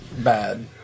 bad